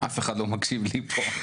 אף אחד לא מקשיב לי פה.